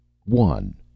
One